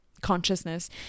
consciousness